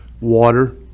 water